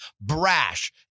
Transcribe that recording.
Brash